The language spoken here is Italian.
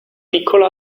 piccolo